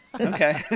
Okay